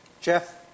Jeff